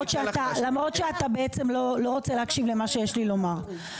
למרות שאתה בעצם לא רוצה להקשיב למה שיש לי לומר.